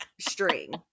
string